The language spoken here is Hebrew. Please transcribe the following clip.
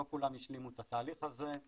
לא כולם השלימו את התהליך הזה.